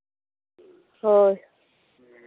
ᱦᱳᱭ